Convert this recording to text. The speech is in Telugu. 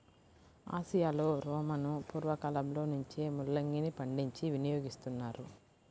ఆసియాలో రోమను పూర్వ కాలంలో నుంచే ముల్లంగిని పండించి వినియోగిస్తున్నారు